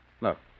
Look